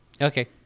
Okay